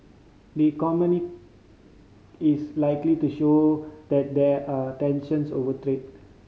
the is likely to show that there are tensions over trade